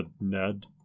ned